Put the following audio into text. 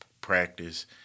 practice